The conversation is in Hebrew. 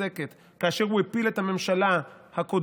פוסקת כאשר הוא הפיל את הממשלה הקודמת-קודמת-קודמת